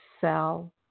cell